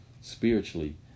Spiritually